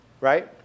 right